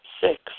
Six